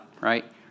right